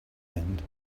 end